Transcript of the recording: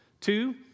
Two